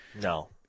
No